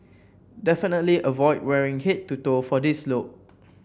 definitely avoid wearing head to toe for this look